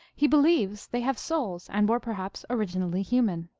he believes they have souls, and were perhaps originally human.